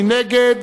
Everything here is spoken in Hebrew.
מי נגד?